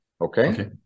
Okay